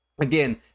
again